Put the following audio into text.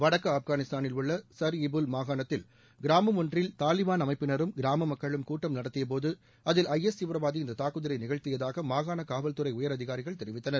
வடக்கு ஆப்கானிஸ்தானில் உள்ள சர்இபுல் மாகாணத்தில் கிராமம் ஒன்றில் தாலிபான் அமைப்பினரும் கிராம மக்களும் கூட்டம் நடத்தியபோது அதில் ஐ எஸ் தீவிரவாதி இந்த தாக்குதலை நிகழ்த்தியதாக மாகாண காவல்துறை உயர் அதிகாரிகள் தெரிவித்தனர்